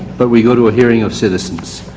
but we go to a hearing of citizens,